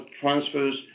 transfers